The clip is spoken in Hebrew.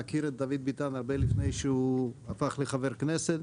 אני מכיר את דוד ביטן הרבה לפני שהוא הפך לחבר כנסת.